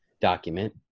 document